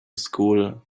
school